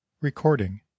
Recording